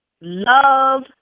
love